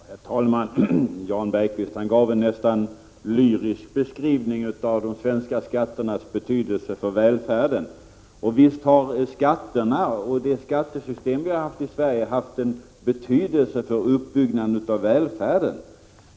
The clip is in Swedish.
Herr talman! Jan Bergqvist gav en nästan lyrisk beskrivning av de svenska skatternas betydelse för välfärden. Visst har skatterna och det skattesystem vi har haft i Sverige haft en betydelse för uppbyggnaden av välfärden.